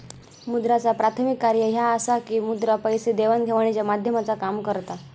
मुद्राचा प्राथमिक कार्य ह्या असा की मुद्रा पैसे देवाण घेवाणीच्या माध्यमाचा काम करता